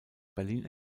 berlin